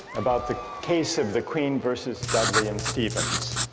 about the case of the queen verses dudley and stephens